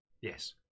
Yes